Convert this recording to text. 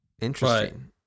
interesting